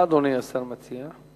מה אדוני השר מציע?